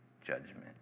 judgment